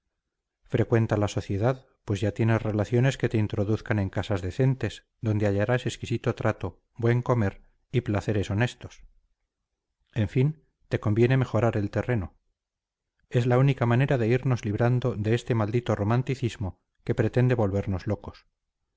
frecuenta la sociedad pues ya tienes relaciones que te introduzcan en casas decentes donde hallarás exquisito trato buen comer y placeres honestos en fin te conviene mejorar el terreno es la única manera de irnos librando de este maldito romanticismo que pretende volvernos locos